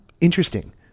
Interesting